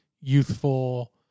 youthful